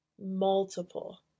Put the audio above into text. multiple